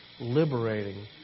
liberating